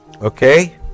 okay